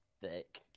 thick